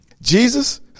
Jesus